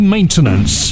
Maintenance